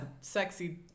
sexy